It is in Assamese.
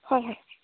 হয় হয়